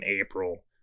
April